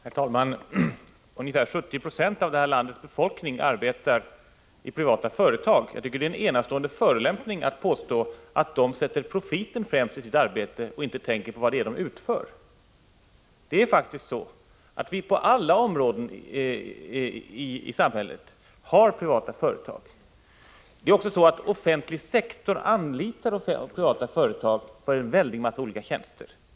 Herr talman! Bortemot 70 96 av landets förvärvsarbetande är verksamma i privata företag. Jag tycker det är en enastående förolämpning att påstå att de sätter profiten främst i sitt arbete och att de inte tänker på vad det är de utför. 35 Det är faktiskt så att vi på alla områden i samhället har privata företag. Det är också så att den offentliga sektorn anlitar privata företag för en väldig mängd olika tjänster.